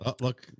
Look